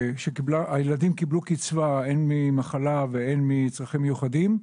שהילדים קיבלו קצבה הן עקב מחלה או צרכים מיוחדים,